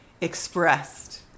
expressed